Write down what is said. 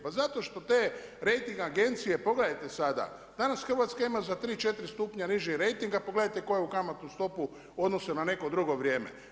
Pa zato što te rejting agencije, pogledajte sada, danas Hrvatska ima za tri, četiri stupnja niži rejting, a pogledajte koju kamatnu stopu u odnosu na neko drugo vrijeme.